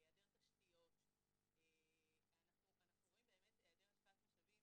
היעדר תשתיות, אנחנו רואים היעדר השקעת משאבים